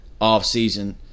offseason –